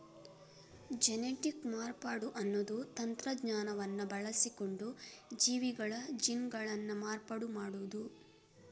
genetic ಮಾರ್ಪಾಡು ಅನ್ನುದು ತಂತ್ರಜ್ಞಾನವನ್ನ ಬಳಸಿಕೊಂಡು ಜೀವಿಗಳ ಜೀನ್ಗಳನ್ನ ಮಾರ್ಪಾಡು ಮಾಡುದು